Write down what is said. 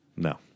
No